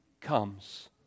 comes